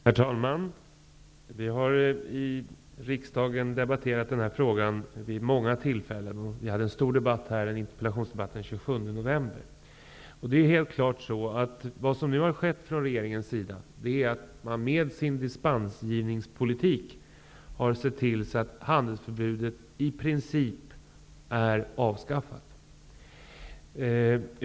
Herr talman! Vi har debatterat den här frågan vid många tillfällen i riksdagen. Vi hade en stor interpellationsdebatt den 27 november. Nu har regeringen med sin dispensgivningspolitik sett till så att handelsförbudet i princip är avskaffat.